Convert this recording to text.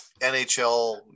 nhl